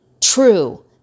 True